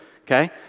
okay